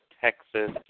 Texas